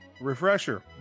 Refresher